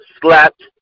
slapped